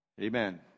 Amen